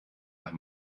nach